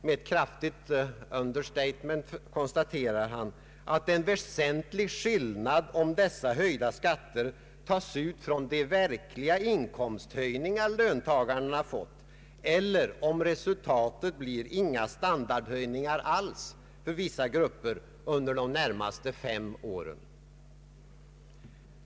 Med ett kraftigt understatement konstaterar han, att det är en väsentlig skillnad om dessa höjda skatter tas ut från de verkliga inkomsthöjningar löntagarna fått eller om resultatet blir inga standardhöjningar alls för vissa grupper under de närmaste fem åren.